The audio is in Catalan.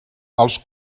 als